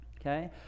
Okay